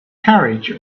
carriage